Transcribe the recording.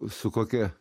su kokia